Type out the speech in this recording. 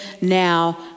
now